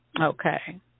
Okay